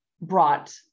brought